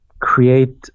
create